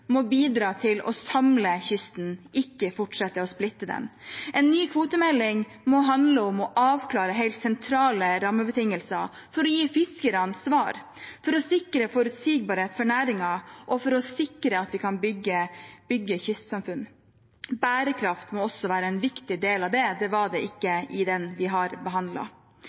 må bidra til å samle kysten, ikke fortsette å splitte den. En ny kvotemelding må handle om å avklare helt sentrale rammebetingelser – for å gi fiskerne svar, for å sikre forutsigbarhet for næringen og for å sikre at vi kan bygge kystsamfunn. Bærekraft må også være en viktig del av det. Det var det ikke i den meldingen vi har